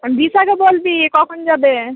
দিশাকে বলবি কখন যাবে